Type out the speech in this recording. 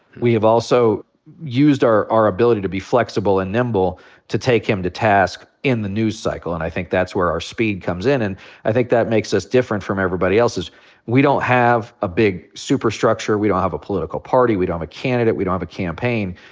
we have also used our our ability to be flexible and nimble to take him to task in the news cycle, and i think that's where our speed comes in. and i think that makes us different from everybody else, is we don't have a big superstructure. we don't have a political party. we don't have a candidate. we don't have a campaign.